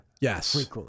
Yes